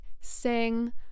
sing